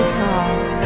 tall